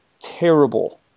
terrible